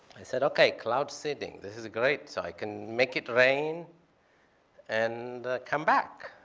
i said, okay. cloud seeding, this is great. so i can make it rain and come back.